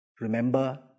remember